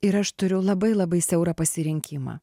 ir aš turiu labai labai siaurą pasirinkimą